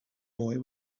boy